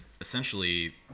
essentially